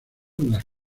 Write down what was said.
las